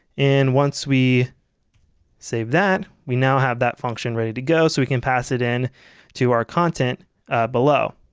and once we save that we now have that function ready to go so we can pass it in to our content below.